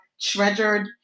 treasured